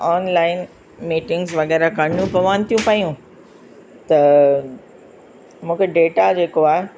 online meetings वग़ैरह करिणियूं पवनि थियूं पयूं त मूंखे डेटा जेको आहे